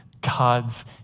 God's